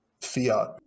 fiat